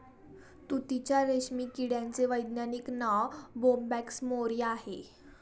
तुतीच्या रेशीम किड्याचे वैज्ञानिक नाव बोंबॅक्स मोरी आहे